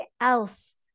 else